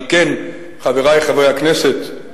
על כן, חברי חברי הכנסת,